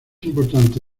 importante